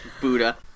Buddha